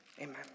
amen